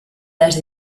las